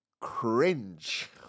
cringe